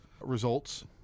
results